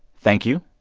thank you.